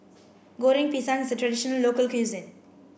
Goreng Pisang is a tradition local cuisine